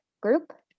group